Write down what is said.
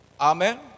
Amen